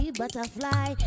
butterfly